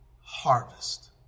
harvest